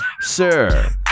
sir